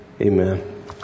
Amen